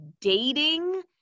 dating